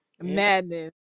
madness